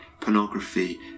pornography